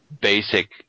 basic